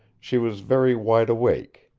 she was very wide awake.